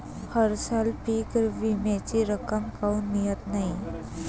हरसाली पीक विम्याची रक्कम काऊन मियत नाई?